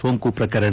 ಸೋಂಕು ಪ್ರಕರಣ